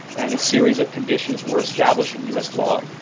and a series of conditions were established in us law,